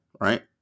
right